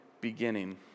beginning